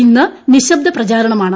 ഇന്ന് നിശ്ശബ്ദ പ്രചാരണമാണ്